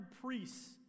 priests